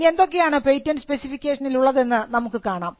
ഇനി എന്തൊക്കെയാണ് പേറ്റന്റ് സ്പെസിഫിക്കേഷനിൽ ഉള്ളതെന്ന് നമുക്ക് കാണാം